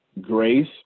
Grace